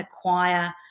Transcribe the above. acquire